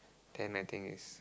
then I think is